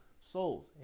souls